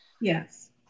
yes